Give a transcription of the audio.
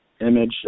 image